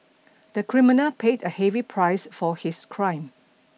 the criminal paid a heavy price for his crime